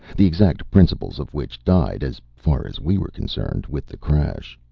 the exact principles of which died, as far as we were concerned, with the crash.